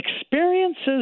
experiences